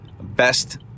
best